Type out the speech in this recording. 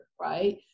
right